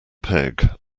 peg